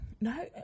No